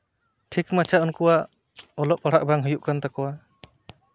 ᱴᱷᱤᱠ ᱢᱟᱪᱷᱟ ᱩᱱᱠᱩᱣᱟᱜ ᱚᱞᱚᱜ ᱯᱟᱲᱦᱟᱜ ᱵᱟᱝ ᱦᱩᱭᱩᱜ ᱠᱟᱱ ᱛᱟᱠᱚᱣᱟ